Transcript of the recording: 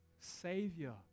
Savior